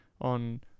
on